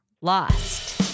Lost